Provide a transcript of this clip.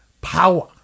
power